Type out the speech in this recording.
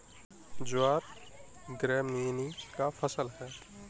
ज्वार ग्रैमीनी का फसल है